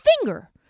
finger